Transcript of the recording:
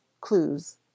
clues